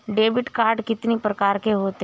Debit card कितनी प्रकार के होते हैं?